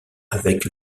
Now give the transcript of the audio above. avec